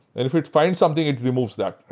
if it finds something, it removes that.